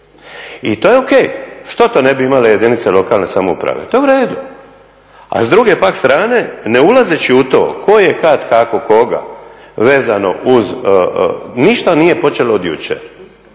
I to je o.k. Što to ne bi imale jedinice lokalne samouprave. To je u redu. A s druge pak strane ne ulazeći u to tko je kad, kako koga vezano uz. Ništa nije počelo od jučer.